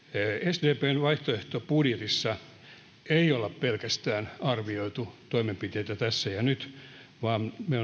sdpn vaihtoehtobudjetissa ei olla pelkästään arvioitu toimenpiteitä tässä ja nyt vaan me